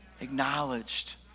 Acknowledged